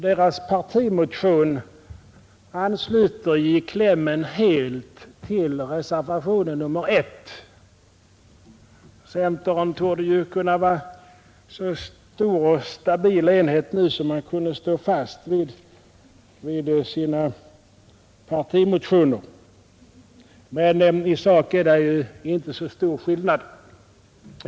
Dess partimotion ansluter i klämmen helt till reservationen 1. Centern torde nu kunna vara en så stor och stabil enhet att man kunde stå fast vid sina partimotioner. Men i sak är det ju inte så stor skillnad.